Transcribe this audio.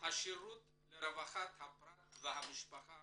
השירות לרווחת הפרט והמשפחה